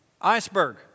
iceberg